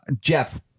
Jeff